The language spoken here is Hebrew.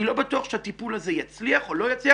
אני לא בטוח שהטיפול הזה יצליח או לא יצליח,